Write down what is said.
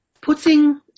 putting